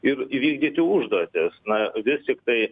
ir įvykdyti užduotis na vis tiktai